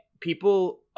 people